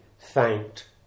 thanked